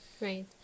Right